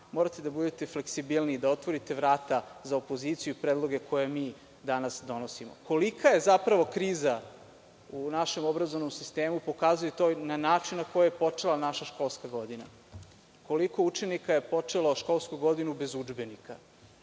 Morate da budete fleksibilniji, da otvorite vrata za opoziciju i predloge koje mi danas donosimo. Kolika je zapravo kriza u našem obrazovnom sistemu pokazuje i način na koji je počela naša školska godina. Koliko učenika je počelo školsku godinu bez udžbenika?